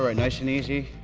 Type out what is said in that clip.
ah nice and easy.